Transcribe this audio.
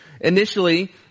Initially